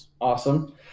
Awesome